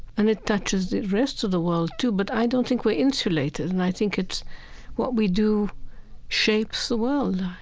and it touches the rest of the world too. but i don't think we're insulated, and i think it's what we do shapes the world,